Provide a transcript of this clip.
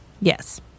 yes